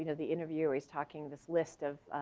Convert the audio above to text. the interviewer's talking this list of,